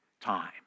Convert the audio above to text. time